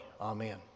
Amen